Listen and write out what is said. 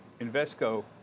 Invesco